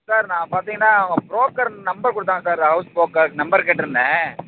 sir நான் பார்த்தீங்கன்னா broker number கொடுத்தாங்க சார் ஹவுஸ் ப்ரோக்கர் நம்பர் கேட்டிருந்தேன்